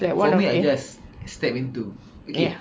for me I just step into okay